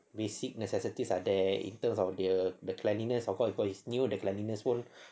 basic necessities are there in terms of the the cleanliness of what you call it you know the cleanliness